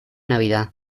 navidad